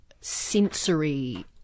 sensory